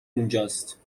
اونجاست